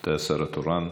אתה השר התורן.